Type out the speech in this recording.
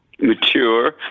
Mature